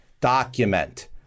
document